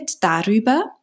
darüber